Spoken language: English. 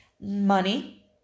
money